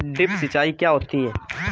Drip सिंचाई क्या होती हैं?